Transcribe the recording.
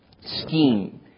scheme